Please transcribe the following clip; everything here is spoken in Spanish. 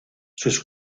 sus